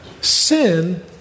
sin